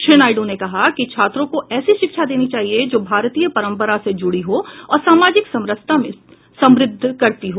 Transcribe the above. श्री नायडू ने कहा कि छात्रों को ऐसी शिक्षा देनी चाहिए जो भारतीय परंपरा से जुड़ी हो और सामाजिक समरसता को समृद्ध करती हो